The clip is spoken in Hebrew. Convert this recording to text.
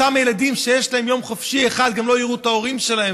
אותם ילדים שיש להם יום חופשי אחד גם לא יראו את ההורים שלהם,